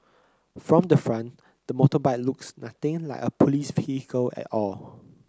from the front the motorbike looks nothing like a police vehicle at all